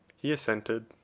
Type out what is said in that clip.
he assented.